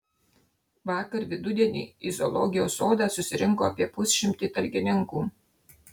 vakar vidudienį į zoologijos sodą susirinko apie pusšimtį talkininkų